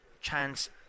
chance